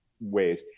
ways